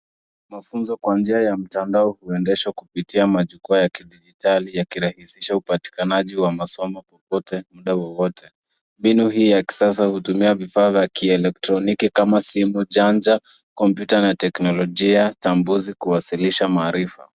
Mafunzo kwa njia ya mtandao kuendeshwa kupitia majukwaa ya kidigitali yakirahisisha upatikanaji wa masomo popote , muda wowote. Mbinu hii ya kisasa hutumia vifaa vya kielektroniki kama simu, charger , kompyuta na teknolojia tambuzi kuwasilisha maarifa.